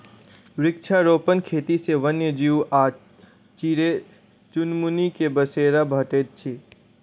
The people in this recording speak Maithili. वृक्षारोपण खेती सॅ वन्य जीव आ चिड़ै चुनमुनी के बसेरा भेटैत छै